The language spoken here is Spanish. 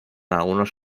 algunos